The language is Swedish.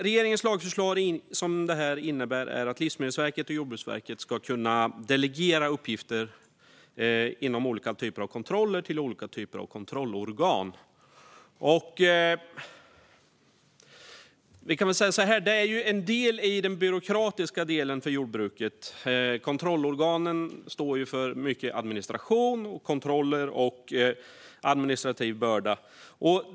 Regeringens lagförslag som detta innebär är att Livsmedelsverket och Jordbruksverket ska kunna delegera uppgifter inom olika typer av kontroller till olika typer av kontrollorgan. Det är en del i den byråkratiska delen för jordbruket. Kontrollorganen står för mycket administration, kontroller och administrativ börda.